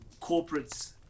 corporates